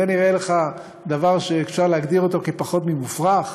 זה נראה לך דבר שאפשר להגדיר אותו כפחות ממופרך?